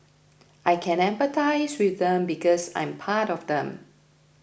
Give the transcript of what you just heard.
I can empathise with them because I'm part of them